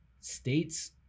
states